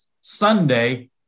Sunday